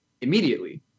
immediately